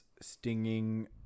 stinging